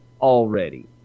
already